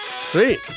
Sweet